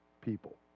people